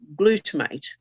glutamate